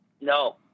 No